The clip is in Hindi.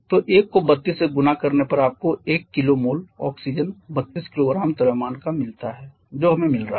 तो 1 को 32 से गुणा करने पर आपको 1 kmol ऑक्सीजन 32 किलोग्राम का द्रव्यमान मिलता है जो हमें मिल रहा है